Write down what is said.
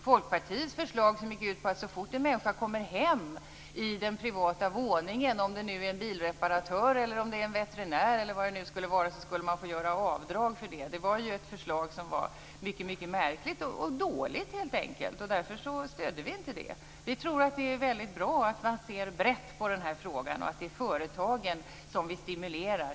Folkpartiets förslag är att man så fort någon kommer hem till den privata våningen, en bilreparatör eller en veterinär, skall få göra avdrag för det. Det var ett märkligt och dåligt förslag. Därför gav vi inte det något stöd. Vi tror att det är bra att se brett på frågan. Företagen skall stimuleras.